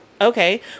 okay